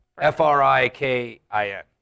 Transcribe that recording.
F-R-I-K-I-N